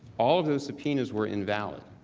although subpoenas were invalid.